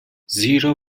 زیرا